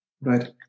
Right